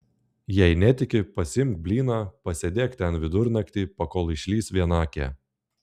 jei netiki pasiimk blyną pasėdėk ten vidurnaktį pakol išlįs vienakė